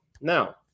now